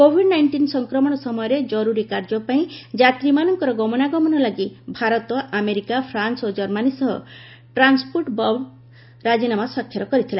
Covid nineteen ସଂକ୍ରମଣ ସମୟରେ କରୁରୀ କାର୍ଯ୍ୟ ପାଇଁ ଯାତ୍ରୀମାନଙ୍କର ଗମନାଗମନ ଲାଗି ଭାରତ ଆମେରିକା ଫ୍ରାନ୍ସ ଓ ଜର୍ମାନୀ ସହ 'ଟ୍ରାନ୍ସପୁଟ ବବଲ୍' ରାଜିନାମା ସ୍ୱାକ୍ଷର କରିଥିଲା